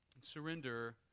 Surrender